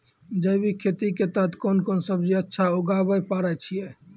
जैविक खेती के तहत कोंन कोंन सब्जी अच्छा उगावय पारे छिय?